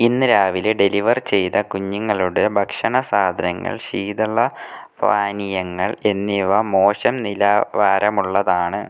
ഇന്ന് രാവിലെ ഡെലിവർ ചെയ്ത കുഞ്ഞുങ്ങളുടെ ഭക്ഷണ സാധനങ്ങൾ ശീതളപാനീയങ്ങൾ എന്നിവ മോശം നിലവാരമുള്ളതാണ്